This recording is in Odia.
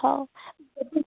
ହଉ